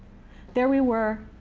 there we were,